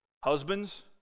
husbands